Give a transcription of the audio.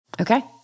Okay